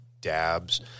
dabs